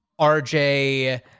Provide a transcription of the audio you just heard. RJ